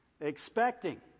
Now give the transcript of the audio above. expecting